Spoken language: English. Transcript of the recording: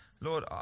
Lord